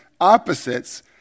opposites